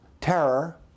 terror